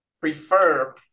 prefer